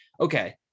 okay